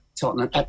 Tottenham